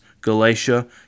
Galatia